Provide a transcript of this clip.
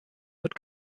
wird